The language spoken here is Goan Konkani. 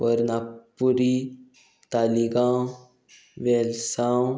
वर्नापुरी तालिगांव वेलसांव